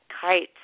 kites